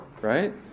right